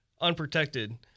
unprotected